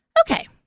Okay